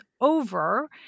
over